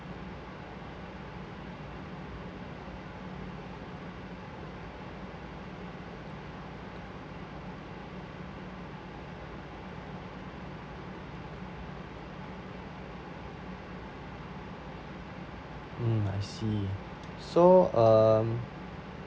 mm I see so um